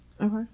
Okay